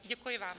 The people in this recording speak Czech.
Děkuji vám.